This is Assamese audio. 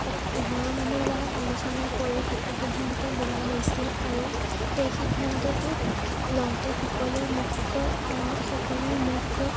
সক ঘৰৰ মানুহৰ লগত আলোচনা কৰি সেইটো সিদ্ধান্ত লোৱা হৈছিল আৰু সেই সিদ্ধান্তটো লওঁতে সকলোয়ে মোক আ সকলোৱে মোক